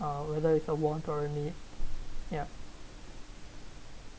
uh whether it's a want or a need yup